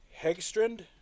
Hegstrand